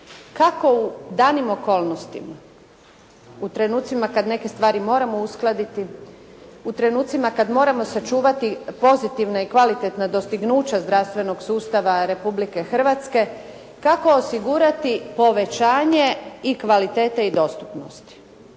kako u danim okolnostima, u trenucima kad neke stvari moramo uskladiti, u trenucima kad moramo sačuvati pozitivna i kvalitetna dostignuća zdravstvenog sustava Republike Hrvatske, kako osigurati povećanje i kvalitete i dostupnosti